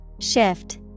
Shift